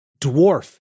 dwarf